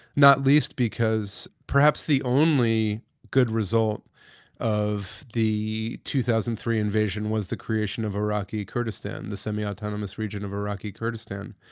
not least because perhaps the only good result of the two thousand and three invasion was the creation of iraqi kurdistan, the semi-autonomous region of iraqi kurdistan.